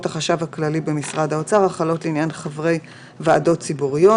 החשב הכללי במשרד האוצר החלות לעניין חברי ועדות ציבוריות,